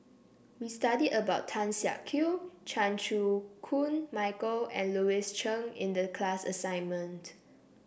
we studied about Tan Siak Kew Chan Chew Koon Michael and Louis Chen in the class assignment